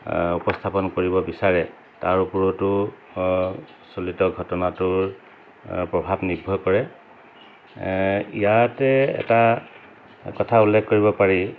উপস্থাপন কৰিব বিচাৰে তাৰ ওপৰতো চলিত ঘটনাটোৰ প্ৰভাৱ নিৰ্ভৰ কৰে ইয়াতে এটা কথা উল্লেখ কৰিব পাৰি